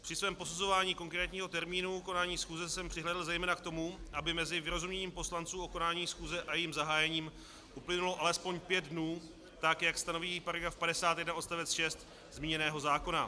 Při svém posuzování konkrétního termínu konání schůze jsem přihlédl zejména k tomu, aby mezi vyrozuměním poslanců o konání schůze a jejím zahájením uplynulo alespoň pět dnů, tak jak stanoví § 51 odst. 6 zmíněného zákona.